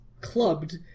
clubbed